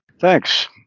Thanks